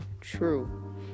true